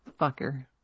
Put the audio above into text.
Fucker